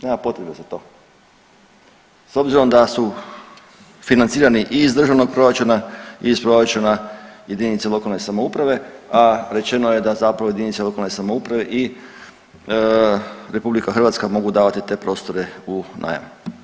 Nema potreba za to s obzirom da su financirani i iz državnog proračuna i iz proračuna jedinice lokalne samouprave, a rečeno je da zapravo jedinice lokalne samouprave i RH mogu davati te prostore u najam.